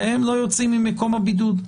שהם לא יוצאים ממקום הבידוד,